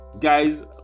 guys